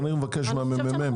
אני מבקש שה-ממ"מ יעשה זאת.